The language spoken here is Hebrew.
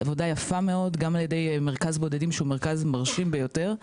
עבודה יפה מאוד גם על ידי מרכז בודדים שהוא מרכז מרשים ביותר.